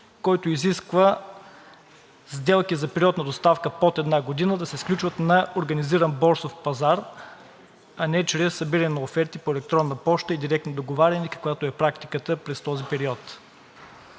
който изисква сделки за период на доставка под 1 година да се сключват на организиран борсов пазар, а не чрез събиране на оферти по електронна поща и директни договаряния, каквато е практиката през този период.